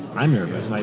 i'm nervous.